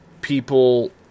people